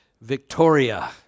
Victoria